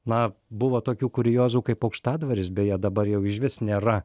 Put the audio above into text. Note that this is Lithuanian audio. na buvo tokių kuriozų kaip aukštadvaris beje dabar jau išvis nėra